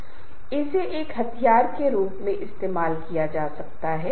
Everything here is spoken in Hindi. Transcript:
इसलिए निश्चित रूप से एक समूह में काम करना अगर उन्हें एक समान हित है तो मदद करता है